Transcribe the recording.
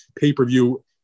Pay-per-view